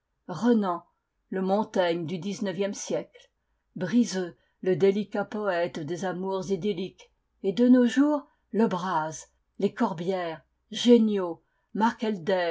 renan le montaigne du dix-neuvième siècle brizeux le délicat poète des amours idylliques et de nos jours le braz les corbières géniaux marc